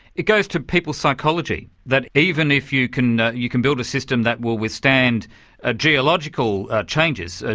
it goes to people's psychology that even if you can you can build a system that will withstand ah geological changes, ah